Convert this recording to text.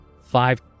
five